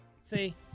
see